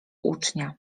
ucznia